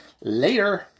Later